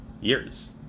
years